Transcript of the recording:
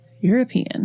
european